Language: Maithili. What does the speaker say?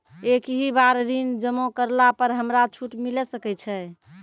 एक ही बार ऋण जमा करला पर हमरा छूट मिले सकय छै?